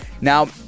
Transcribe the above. Now